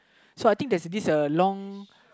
so I think there's this a long